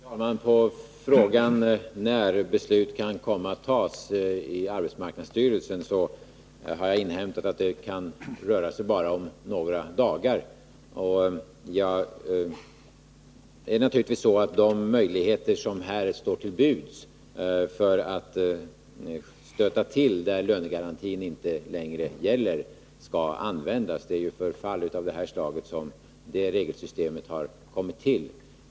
Herr talman! På frågan om när beslut kan komma att fattas i arbetsmarknadsstyrelsen kan jag svara att jag har inhämtat att det kan röra sig om bara några dagar. Det är naturligtvis så att de möjligheter som här står till buds för att göra en insats där lönegarantin inte längre gäller skall användas. Det är ju för fall av det här slaget som regelsystemet har kommit till.